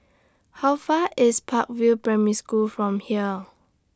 How Far IS Park View Primary School from here